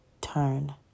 turn